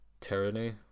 tyranny